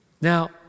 Now